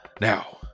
now